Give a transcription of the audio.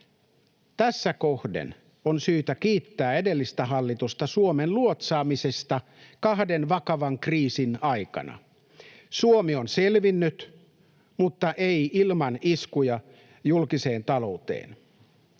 Tässä kohden on syytä kiittää edellistä hallitusta Suomen luotsaamisesta kahden vakavan kriisin aikana. Suomi on selvinnyt mutta ei ilman iskuja julkiseen talouteen.